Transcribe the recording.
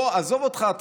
עזוב אותך,